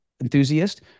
enthusiast